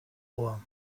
rohr